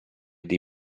dei